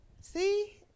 see